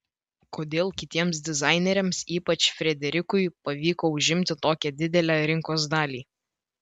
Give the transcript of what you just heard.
kodėl kitiems dizaineriams ypač frederikui pavyko užimti tokią didelę rinkos dalį